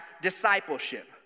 discipleship